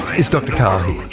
it's dr karl here.